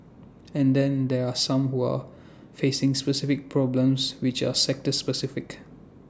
and then there are some who are facing specific problems which are sector specific